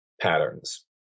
patterns